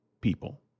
people